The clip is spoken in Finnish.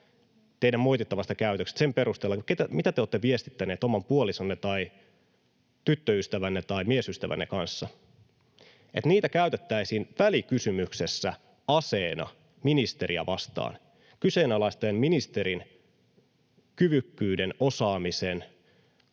teidän moitittavasta käytöksestänne sen perusteella, mitä te olette viestittäneet oman puolisonne tai tyttöystävänne tai miesystävänne kanssa, että niitä käytettäisiin välikysymyksessä aseena ministeriä vastaan kyseenalaistaen ministerin kyvykkyyden, osaamisen